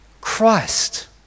Christ